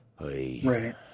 Right